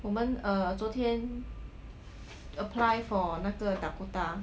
我们 err 昨天 apply for 那个 dakota